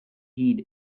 heed